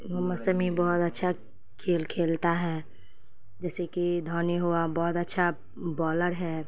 محمد سمیع بہت اچھا کھیل کھیلتا ہے جیسے کہ دھونی ہوا بہت اچھا بالر ہے